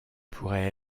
pourrait